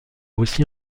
aussi